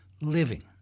living